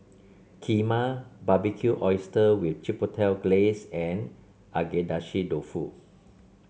Kheema Barbecued Oysters with Chipotle Glaze and Agedashi Dofu